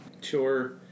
Sure